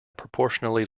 proportionally